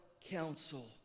counsel